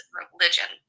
religion